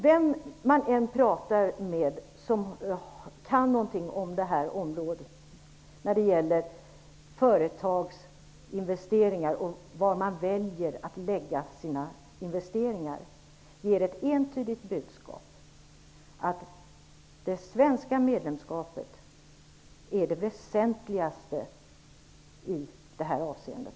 Vem man än pratar med, som kan någonting om företags investeringar och var de väljer att lägga dessa, ger ett entydigt budskap: Det svenska medlemskapet är det väsentligaste i det här avseendet.